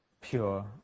pure